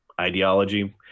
Ideology